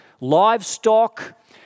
livestock